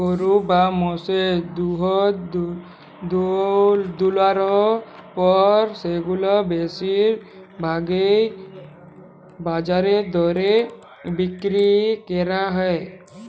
গরু বা মোষের দুহুদ দুয়ালর পর সেগুলাকে বেশির ভাগই বাজার দরে বিক্কিরি ক্যরা হ্যয়